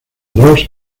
ross